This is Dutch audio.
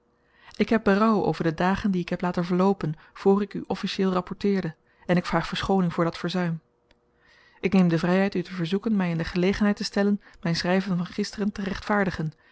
ik heb berouw over de dagen die ik heb laten verloopen voor ik u officieel rapporteerde en ik vraag verschooning voor dat verzuim ik neem de vryheid u te verzoeken my in de gelegenheid te stellen myn schryven van gisteren te rechtvaardigen